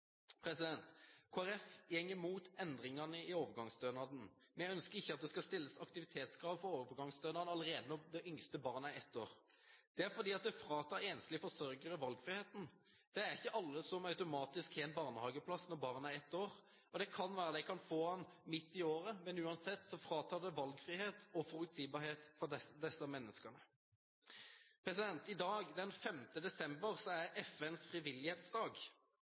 imot endringene i overgangsstønaden. Vi ønsker ikke at det skal stilles aktivitetskrav for overgangsstønad allerede når det yngste barnet er ett år. Det er fordi det fratar enslige forsørgere valgfriheten. Det er ikke alle som automatisk har en barnehageplass når barnet er ett år – det kan være at de får den midt i året. Uansett fratar det valgfrihet og forutsigbarhet for disse menneskene. I dag, den 5. desember, er FNs frivillighetsdag.